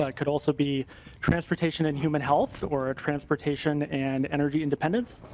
ah it can also be transportation and human health or ah transportation and energy independence.